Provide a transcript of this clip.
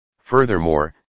Furthermore